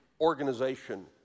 organization